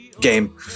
game